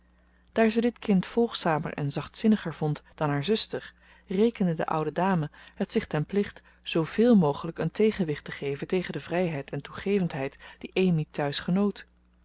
daar ze dit kind volgzamer en zachtzinniger vond dan haar zuster rekende de oude dame het zich ten plicht zoovéél mogelijk een tegenwicht te geven tegen de vrijheid en toegevendheid die amy thuis genoot